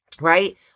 right